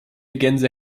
gänse